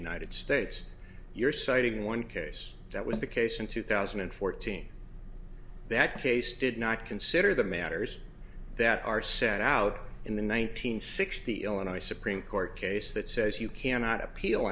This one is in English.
united states you're citing one case that was the case in two thousand and fourteen that case did not consider the matters that are set out in the one nine hundred sixty illinois supreme court case that says you cannot appeal